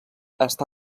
està